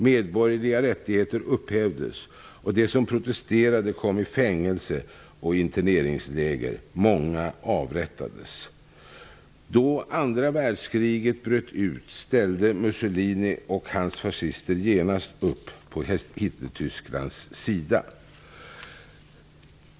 Medborgerliga rättigheter upphävdes, och de som protesterade kom i fängelser och interneringsläger. Många avrättades. Då andra världskriget bröt ut ställde Mussolini och hans fascister genast upp på Hitler-Tysklands sida.